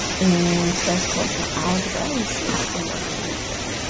in first course in algebra you see a similar kind of thing,